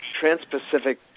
Trans-Pacific